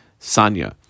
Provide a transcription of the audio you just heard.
sanya